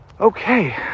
Okay